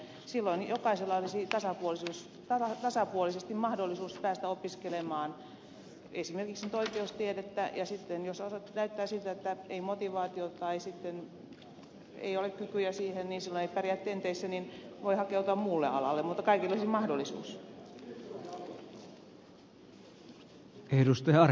silloin jokaisella olisi tasapuolisesti mahdollisuus päästä opiskelemaan esimerkiksi oikeustiedettä ja sitten jos näyttää siltä että ei ole motivaatiota tai kykyjä siihen ja silloin ei pärjää tenteissä voi hakeutua muulle alalle mutta kaikilla olisi mahdollisuus